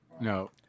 No